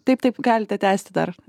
taip taip galite tęsti dar